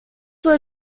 were